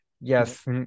Yes